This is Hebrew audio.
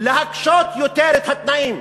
להקשות יותר את התנאים,